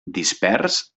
dispers